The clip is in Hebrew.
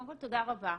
קודם כל תודה רבה.